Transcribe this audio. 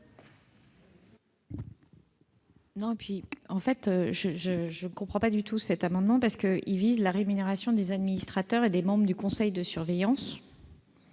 Je ne comprends pas du tout cet amendement, qui vise la rémunération des administrateurs et des membres du conseil de surveillance.